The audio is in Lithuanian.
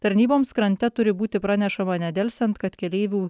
tarnyboms krante turi būti pranešama nedelsiant kad keleivių